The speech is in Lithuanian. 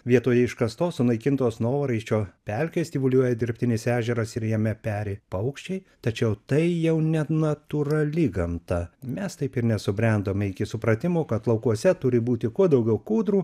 vietoje iškastos sunaikintos novaraisčio pelkės tyvuliuoja dirbtinis ežeras ir jame peri paukščiai tačiau tai jau ne natūrali gamta mes taip ir nesubrendome iki supratimo kad laukuose turi būti kuo daugiau kūdrų